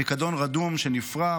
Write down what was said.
פיקדון רדום שנפרע,